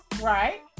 Right